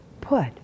put